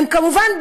כמובן,